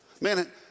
Man